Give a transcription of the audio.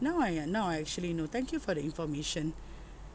now I uh now I actually know thank you for the information